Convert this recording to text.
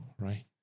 right